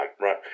right